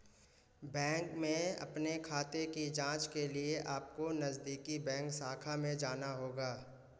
bank में अपने खाते की जांच के लिए अपको नजदीकी बैंक शाखा में जाना होगा